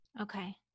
okay